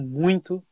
muito